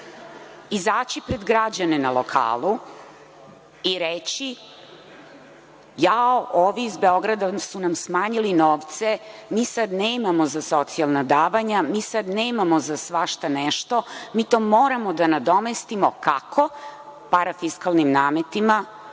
izaći pred građane na lokalu i reći – jao, ovi iz Beograda su nam smanjili novce, mi sad nemamo za socijalna davanja, mi sada nemamo za svašta nešto, mi moramo to da nadomestimo, kako, parafiskalnim nametima